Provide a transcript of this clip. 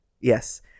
yes